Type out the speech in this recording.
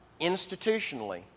institutionally